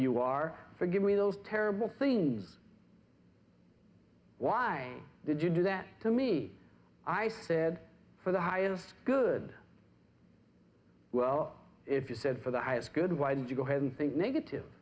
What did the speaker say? you are forgiving those terrible things why did you do that to me i said for the highest good well if you said for the highest good why did you go ahead and think negative